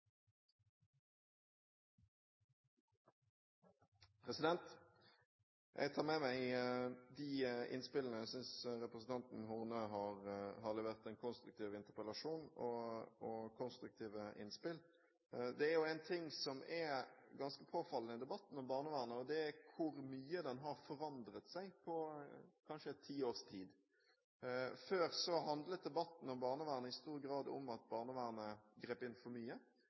barnevern. Jeg tar med meg de innspillene – jeg synes representanten Horne har levert en konstruktiv interpellasjon og konstruktive innspill. Det er én ting som er ganske påfallende i debatten om barnevernet, og det er hvor mye den har forandret seg på en ti års tid. Før handlet debatten om barnevernet i stor grad om at barnevernet grep inn for mye.